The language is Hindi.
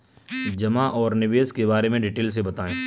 जमा और निवेश के बारे में डिटेल से बताएँ?